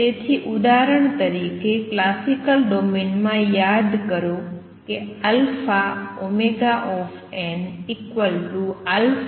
તેથી ઉદાહરણ તરીકે ક્લાસિકલ ડોમેન માં યાદ કરો αωnαdEdn